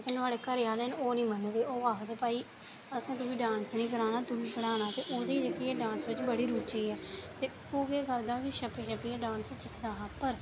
ते जेह्के नुहाड़े घरै आह्ले न ओह् निं मनदे ओह् आखदे न कि असें तुगी डांस निं कराना पढ़ाना ते ओह्दी जेह्की डांस बिच बड़ी रुचि ऐ ते ओह् केह् करदा हा कि छप्पी छप्पियै डांस सिखदा हा